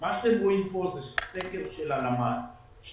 מה שאתם רואים כאן זה סקר של הלשכה המרכזית לסטטיסטיקה,